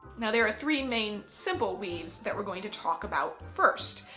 now there are three main simple weaves that we're going to talk about. first,